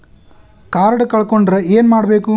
Card ಕಳ್ಕೊಂಡ್ರ ಏನ್ ಮಾಡಬೇಕು?